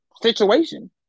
situation